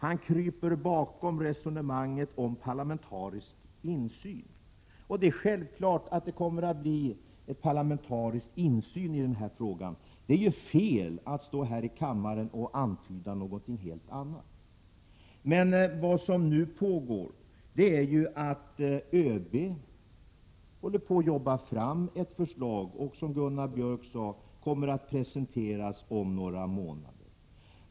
Han kryper bakom resonemanget om parlamentarisk insyn. Det är självklart att det kommer att bli parlamentarisk insyn i frågan. Det är fel att stå här i kammaren och antyda något helt annat. ÖB håller för närvarande på att arbeta fram ett förslag som, vilket Gunnar Björk sade, kommer att presenteras om några månader.